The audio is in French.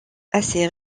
assez